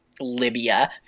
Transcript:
Libya